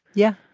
yeah